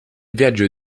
viaggio